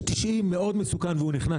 כביש גולן-דברת מאוד מסוכן והוא נכנס